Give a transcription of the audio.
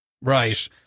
Right